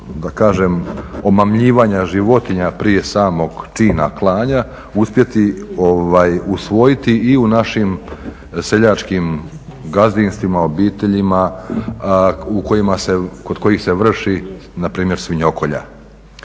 da kažem omamljivanja životinja prije samog čina klanja uspjeti usvojiti i u našim seljačkim gazdinstvima, obiteljima kod kojih se vrši na primjer svinjokolja.